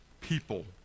people